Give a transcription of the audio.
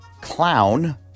Clown